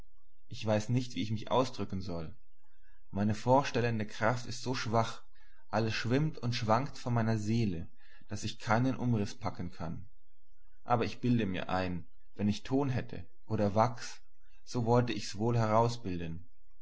doch ich weiß nicht wie ich mich ausdrücken soll meine vorstellende kraft ist so schwach alles schwimmt und schwankt so vor meiner seele daß ich keinen umriß packen kann aber ich bilde mir ein wenn ich ton hätte oder wachs so wollte ich's wohl